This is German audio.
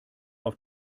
auf